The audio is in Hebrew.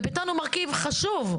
ובטון הוא מרכיב חשוב.